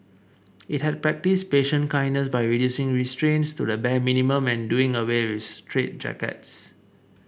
it had practised patient kindness by reducing restraints to the bare minimum and doing away with straitjackets